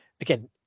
Again